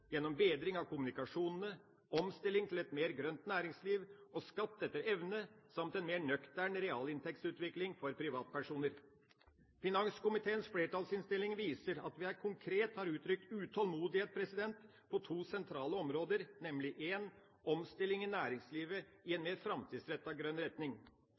gjennom bedring av kommunikasjonene, omstilling til et mer grønt næringsliv og skatt etter evne, samt en mer nøktern realinntektsutvikling for privatpersoner. Finanskomiteens flertallsinnstilling viser at vi konkret har uttrykt utålmodighet på to sentrale områder, for det første omstilling i næringslivet i en mer framtidsrettet grønn retning.